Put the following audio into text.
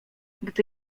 gdy